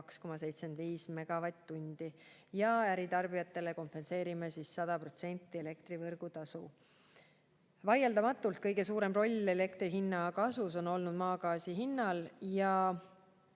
2,75 megavatt-tundi. Äritarbijatele kompenseerime 100% elektri võrgutasust. Vaieldamatult kõige suurem roll elektri hinna kasvus on olnud maagaasi hinnal.